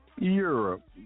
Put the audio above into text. Europe